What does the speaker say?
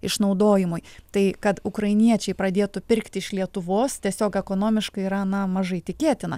išnaudojimui tai kad ukrainiečiai pradėtų pirkti iš lietuvos tiesiog ekonomiškai yra na mažai tikėtina